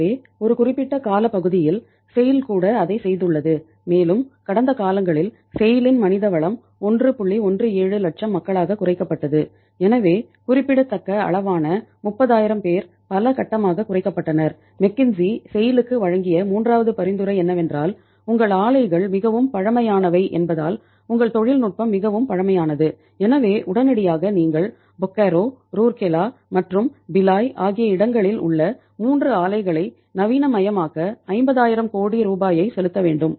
எனவே ஒரு குறிப்பிட்ட காலப்பகுதியில் செய்ல் ஆகிய இடங்களில் உள்ள 3 ஆலைகளை நவீனமயமாக்க 50000 கோடி ரூபாயை செலுத்த வேண்டும்